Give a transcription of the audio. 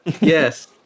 Yes